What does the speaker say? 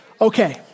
Okay